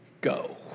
go